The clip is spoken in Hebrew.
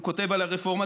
הוא כותב על הרפורמה,